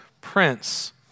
Prince